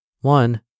One